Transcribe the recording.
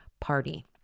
party